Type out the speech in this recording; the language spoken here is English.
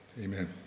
Amen